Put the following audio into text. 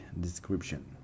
description